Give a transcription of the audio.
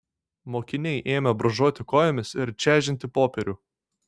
mokiniai ėmė brūžuoti kojomis ir čežinti popierių